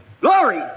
Glory